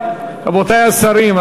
רבותי השרים,